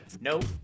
Nope